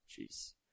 Jeez